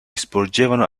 sporgevano